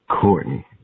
Courtney